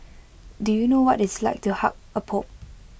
do you know what IT is like to hug A pope